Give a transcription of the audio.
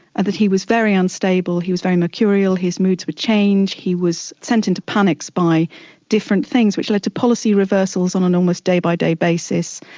and that he was very unstable, he was very mercurial, his moods were changed, he was sent into panics by different things which led to policy reversals on an almost day-by-day basis,